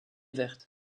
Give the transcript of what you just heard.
verte